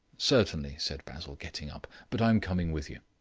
certainly, said basil, getting up. but i am coming with you.